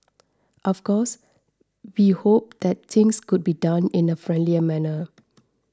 of course we hope that things could be done in a friendlier manner